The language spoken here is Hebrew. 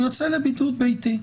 הוא יוצא לבידוד ביתי.